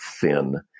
thin